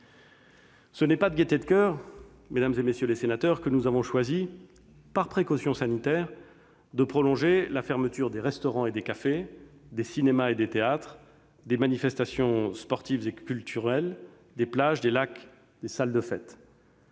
Ce n'est pas de gaieté de coeur, mesdames, messieurs les sénateurs, que nous avons choisi par précaution sanitaire de prolonger la fermeture des restaurants, des cafés, des cinémas, des théâtres, des manifestations sportives et culturelles, des plages, des lacs, des salles de fêtes.